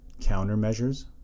countermeasures